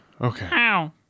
okay